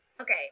okay